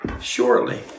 shortly